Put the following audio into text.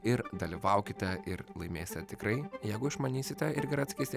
ir dalyvaukite ir laimėsite tikrai jeigu išmanysite ir gerai atsakysite